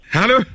Hello